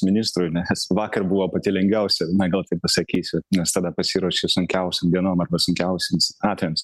ministrui ne vakar buvo pati lengviausia na gal taip pasakysiu nes tada pasiruošiu sunkiausiom dienom arba sunkiausiems atvejams